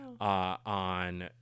on